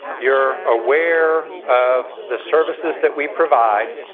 you're aware of the services that we provide